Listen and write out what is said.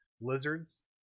Lizards